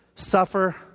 suffer